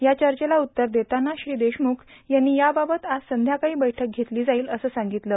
या चर्चेला उत्तर देताना श्री देशमुख यांनी याबाबात आज संध्याकाळी बैठक घेतली जाईल असं सांगितलं